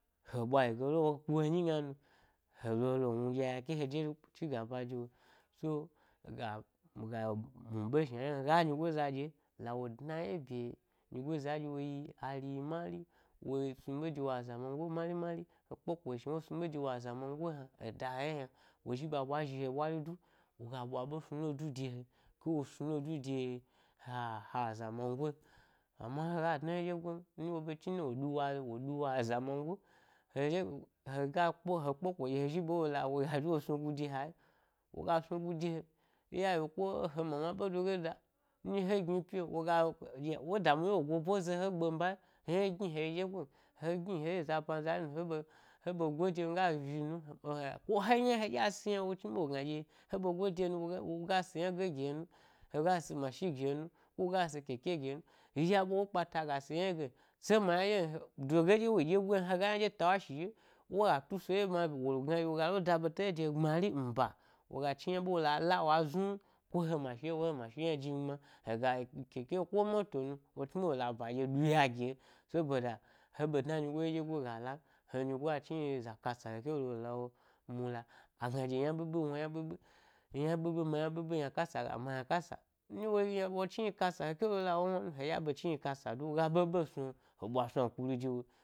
He ɓwayi gdo wo ku he nyi gnanu he lo helo wnu ɗna ya ke he de chigaba ge dawo kyo, migo ga, miga muɓe shna yna hega nyigo za dye lawa dna ye ɓye nyigo ɗye woyi ariyi mari, wo snu ɓe wa aza mangoi mari mari he kpe ko shna wo snuɓe de wo aza mangoi hna eda he ye wo zhi ɓa de zhi he ɓwari du, woga ɓwa ɓe snu lo-du de he, ko des nu lo du de ha ha azaman goi amma hega dna ye dye gom, nɗye wo ɓe chnidna wo ɗuwa wo ɗuwa azamangoi heɗye hega kpe, he kpeko ɗye he zhi ba wo la woga zhi wo snugu de hayi woga snugu de he, in ya law u ko he mama be de ga da nɗye he gni pyi’o woga ɗya-wo damu ɗye wu go e zeho gben bayi haye yni heyi dye goi hegne heyi za ban za nyi nu he ɗe hebe gode migo zhi nu ko yna heɗye si yna wo dini ɓe wo gna ɗye he ɓe gode nu woga woga siiynage gi he nu hega si mashi gihenun ko si keke gi hen yinɗye a ɓwa ewo kpa ta ga si’ yna gen, se ma ynaɗye hni he, doge ɗye wo yi dye goi yna hega yna ɗye taɓa shi ɗye-woga tuso ɗye ma wogna ɗye wogale da ɓeta ɗye da heyi gbmari mba woga dni yna ɓe woga la wa znukohe mashi ɗye woga he mashi ɗye jnimgbma hega yi koko ko moto nu wo chni ɓe wola baɗye ɗuya gi he, saboda he ɓe dna nyi goya ɗyegoi ga lan henyi go a chna yi za kasa yna haka lo le-la wo mula, agna ɗye yna ɓiɓi wna yna ɓiɓi yna ɓiɓi mo yna ɓiɓi yna kasa ga ma yna kasa nɗye wo yi yna wo chniyi kasa hekelo la.